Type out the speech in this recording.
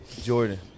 Jordan